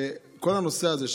כל הנושא הזה,